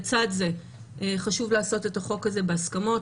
לצד זה, חשוב לעשות את החוק הזה בהסכמות.